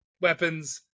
weapons